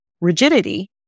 rigidity